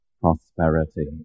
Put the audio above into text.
prosperity